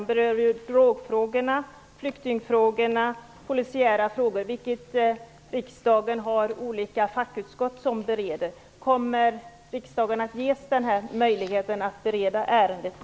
De berör drogfrågor, flyktingfrågor och polisiära frågor. Riksdagen har olika fackutskott som bereder dessa ärenden. Kommer riksdagen att ges möjlighet att bereda ärendena?